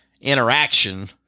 interaction